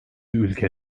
ülke